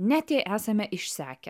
net jei esame išsekę